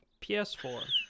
PS4